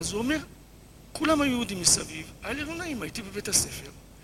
אז הוא אומר, כולם היו יהודים מסביב, היה לי לא נעים, הייתי בבית הספר.